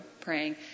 praying